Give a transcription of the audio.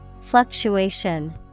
Fluctuation